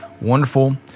Wonderful